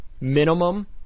minimum